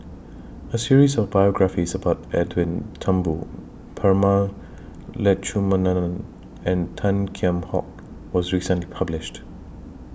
A series of biographies about Edwin Thumboo Prema Letchumanan and Tan Kheam Hock was recently published